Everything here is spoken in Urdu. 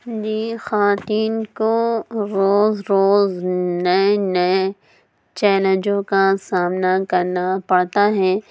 جی خواتین کو روز روز نئے نئے چیلنجوں کا سامنا کرنا پڑتا ہے